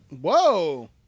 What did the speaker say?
Whoa